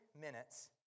minutes